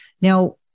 Now